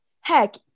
heck